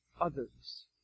others